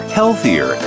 healthier